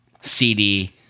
cd